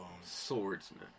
Swordsman